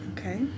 Okay